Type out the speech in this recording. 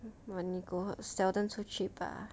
but 你狗 seldom 出去吧